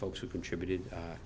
folks who contributed